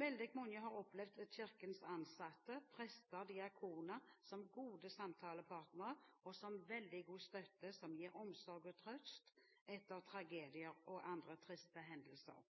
Veldig mange har opplevd Kirkens ansatte, prester og diakoner som gode samtalepartnere, og som en veldig god støtte som gir omsorg og trøst etter tragedier og andre triste hendelser.